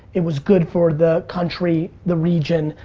it was good for the country, the region,